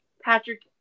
Patrick